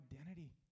identity